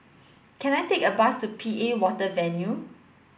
can I take a bus to P A Water Venture